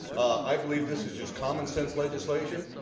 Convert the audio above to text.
i believe this is just common sense legislation.